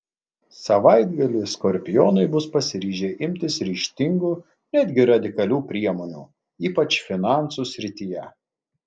savaitgalį skorpionai bus pasiryžę imtis ryžtingų netgi radikalių priemonių ypač finansų srityje